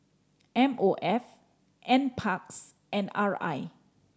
M O F Nparks and R I